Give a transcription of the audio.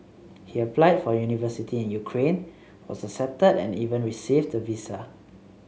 he applied for university in Ukraine was accepted and even received the visa